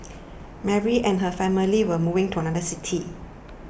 Mary and her family were moving to another city